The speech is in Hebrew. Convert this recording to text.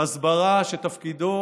הסברה שתפקידו